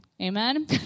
Amen